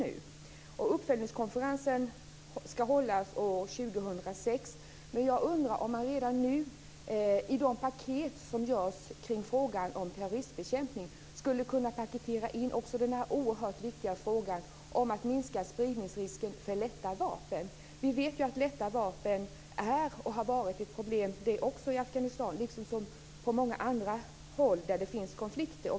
Uppföljningskonferensen ska hållas år 2006. Jag undrar om man i de paket som görs i frågan om terroristbekämpning skulle kunna redan nu inkludera också den oerhört viktiga frågan om att minska risken för spridning av lätta vapen. Vi vet att lätta vapen är och har varit ett problem i Afghanistan liksom också på många andra håll där det finns konflikter.